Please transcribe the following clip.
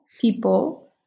people